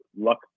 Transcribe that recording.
luck